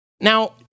Now